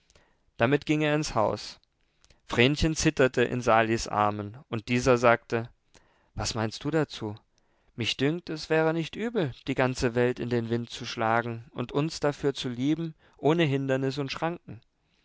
damit ging er ins haus vrenchen zitterte in salis armen und dieser sagte was meinst du dazu mich dünkt es wäre nicht übel die ganze welt in den wind zu schlagen und uns dafür zu lieben ohne hindernis und schranken